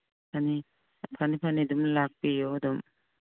ꯐꯅꯤ ꯐꯅꯤ ꯐꯅꯤ ꯑꯗꯨꯝ ꯂꯥꯛꯄꯤꯌꯣ ꯑꯗꯨꯝ